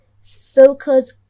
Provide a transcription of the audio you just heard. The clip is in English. Focus